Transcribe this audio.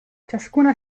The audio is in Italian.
ciascuna